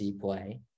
play